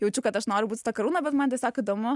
jaučiu kad aš noriu būt su ta karūna bet man tiesiog įdomu